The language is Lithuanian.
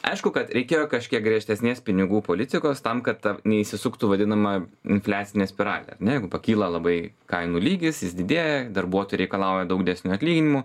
aišku kad reikėjo kažkiek griežtesnės pinigų politikos tam kad ta neįsisuktų vadinama infliacinė spiralė a ne jeigu pakyla labai kainų lygis jis didėja darbuotojai reikalauja daug didesnių atlyginimų